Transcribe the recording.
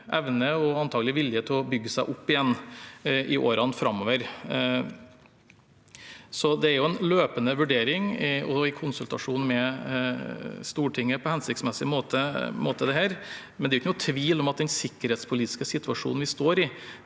evne og antagelig vilje til å bygge seg opp igjen i årene framover. Så dette er en løpende vurdering, også i konsultasjon med Stortinget, på hensiktsmessig måte, men det er ingen tvil om at den sikkerhetspolitiske situasjonen vi står i,